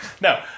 No